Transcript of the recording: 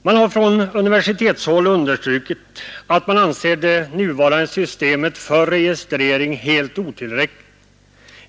Man har från universitetshåll understrukit att man anser det nuvarande systemet för registrering helt otillräckligt.